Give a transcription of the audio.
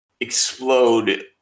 explode